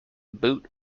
boot